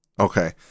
Okay